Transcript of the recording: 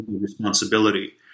responsibility